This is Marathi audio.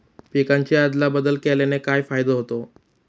पिकांची अदला बदल केल्याने काय फायदा होतो?